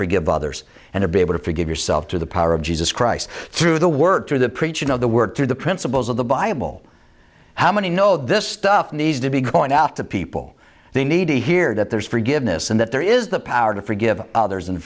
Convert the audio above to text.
forgive others and to be able to forgive yourself through the power of jesus christ through the work through the preaching of the work through the principles of the bible how many know this stuff needs to be going out to people they need to hear that there is forgiveness and that there is the power to forgive others and